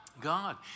God